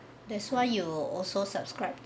that's why you also subscribe